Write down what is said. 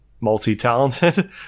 multi-talented